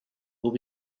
will